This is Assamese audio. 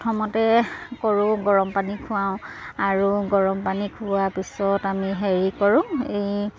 প্ৰথমতে কৰোঁ গৰম পানী খুৱাওঁ আৰু গৰম পানী খোৱাৰ পিছত আমি হেৰি কৰোঁ এই